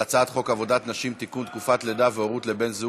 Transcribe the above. אבל יש אנשים שעושים דיונים כדי שיראו אותם בבית,